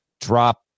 drop